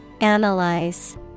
Analyze